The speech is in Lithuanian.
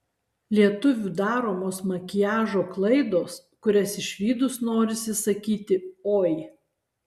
lietuvių daromos makiažo klaidos kurias išvydus norisi sakyti oi